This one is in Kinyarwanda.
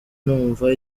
numva